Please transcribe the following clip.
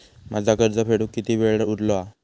माझा कर्ज फेडुक किती वेळ उरलो हा?